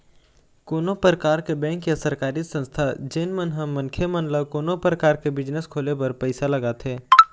कोनो परकार के बेंक या सरकारी संस्था जेन मन ह मनखे मन ल कोनो परकार के बिजनेस खोले बर पइसा लगाथे